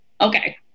okay